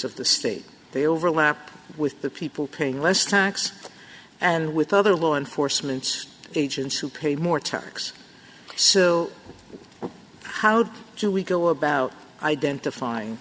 of the state they overlap with the people paying less tax and with other law enforcement agents who pay more tax so how do we go about identifying